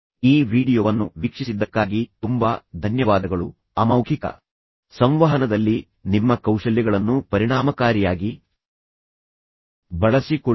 ಈ ವೀಡಿಯೊವನ್ನು ವೀಕ್ಷಿಸಿದ್ದಕ್ಕಾಗಿ ತುಂಬಾ ಧನ್ಯವಾದಗಳು ಅಮೌಖಿಕ ಸಂವಹನದಲ್ಲಿ ನಿಮ್ಮ ಕೌಶಲ್ಯಗಳನ್ನು ಪರಿಣಾಮಕಾರಿಯಾಗಿ ಬಳಸಿಕೊಳ್ಳಿ